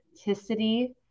authenticity